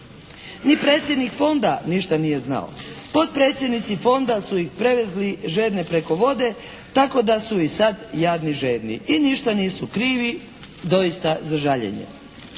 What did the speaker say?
Ni predsjednik Fonda ništa nije znao. Potpredsjednici Fonda su ih prevezli žedne preko vode tako da su i sad jadni žedni. I ništa nisu krivi, doista za žaljenje.